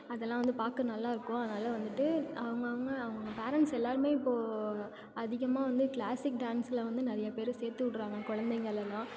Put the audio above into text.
அதெல்லாம் வந்து பார்க்க நல்லா இருக்கும் அதனால் வந்துவிட்டு அவங்கவுங்க அவங்கவுங்க பேரண்ட்ஸ் எல்லாருமே இப்போ அதிகமாக வந்து கிளாசிக் டான்ஸில் வந்து நிறையா பேரை சேர்த்துவுட்றாங்க குழந்தைங்களலாம்